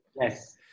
Yes